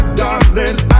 darling